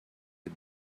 had